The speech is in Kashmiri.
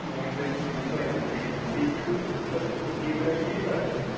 واش بیسن تہِ ہٮ۪کو اَتٮ۪ن تھٲیِتھ بیٚیہِ چھُ مطلب گیٖزر چھُ یہِ چھُ پَتہٕ ہٕے